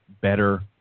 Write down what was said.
better